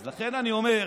לכן, אני אומר: